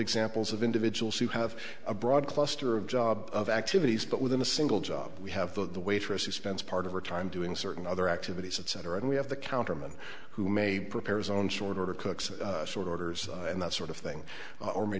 examples of individuals who have a broad cluster of job of activities but within a single job we have the waitress who spends part of our time doing certain other activities etc and we have the counter men who may prepare his own short order cook some sort orders and that sort of thing or may